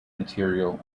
material